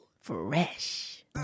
Fresh